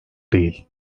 değil